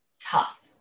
tough